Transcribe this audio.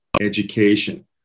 education